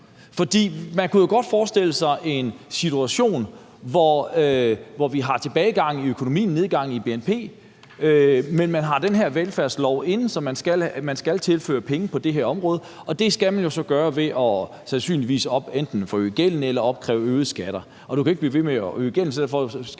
for man kunne jo godt forestille sig en situation, hvor vi har tilbagegang i økonomien, nedgang i bnp, men hvor vi har den her velfærdslov inde over, så der skal tilføres penge på det her område, og det skal man jo så sandsynligvis gøre ved enten at forøge gælden eller opkræve øgede skatter. Og du kan ikke blive ved med at øge gælden, så derfor skal